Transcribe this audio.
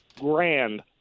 grand